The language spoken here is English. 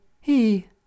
He